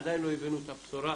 עדיין לא הבאנו את הבשורה.